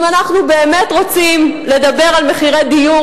אם אנחנו באמת רוצים לדבר על מחירי דיור,